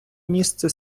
місце